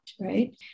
right